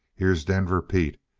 here's denver pete.